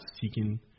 seeking